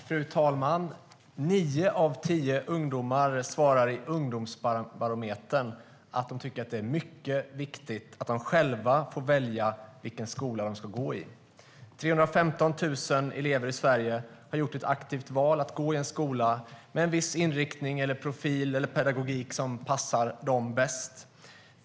Fru talman! Nio av tio ungdomar svarar i Ungdomsbarometerns rapport att de tycker att det är mycket viktigt att de själva får välja vilken skola de ska gå i. 315 000 elever i Sverige har gjort ett aktivt val att gå i en skola med en viss inriktning, profil eller pedagogik som passar dem bäst. Fru talman!